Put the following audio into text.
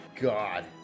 god